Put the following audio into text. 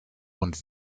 und